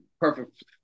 perfect